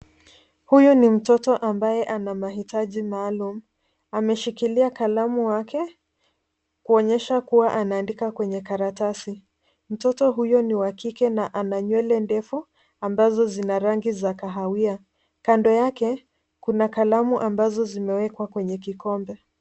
Huyu ni mtoto ambaye anamahitaji maalum. Ameshikilia kalamu wake kuonyesha kuwa anaandika kwenye karatasi. Mtoto huyo ni wa kike na ana nywele ndefu ambazo zina rangi za kahawia. Kando yake, kuna kalamu ambazo zimewekwa kwenye kikombe.